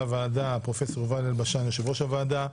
הוועדה: פרופסור יובל אלבשן יושב ראש הוועדה,